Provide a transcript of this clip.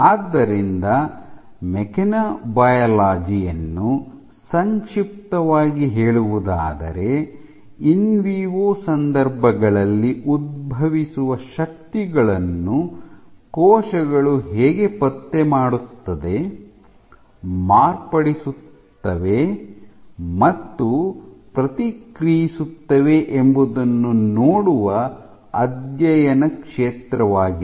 ಆದ್ದರಿಂದ ಮೆಕ್ಯಾನೊಬಯಾಲಜಿ ಯನ್ನು ಸಂಕ್ಷಿಪ್ತವಾಗಿ ಹೇಳುವುದಾದರೆ ಇನ್ವಿವೊ ಸಂದರ್ಭಗಳಲ್ಲಿ ಉದ್ಭವಿಸುವ ಶಕ್ತಿಗಳನ್ನು ಕೋಶಗಳು ಹೇಗೆ ಪತ್ತೆ ಮಾಡುತ್ತದೆ ಮಾರ್ಪಡಿಸುತ್ತವೆ ಮತ್ತು ಪ್ರತಿಕ್ರಿಯಿಸುತ್ತವೆ ಎಂಬುದನ್ನು ನೋಡುವ ಅಧ್ಯಯನ ಕ್ಷೇತ್ರವಾಗಿದೆ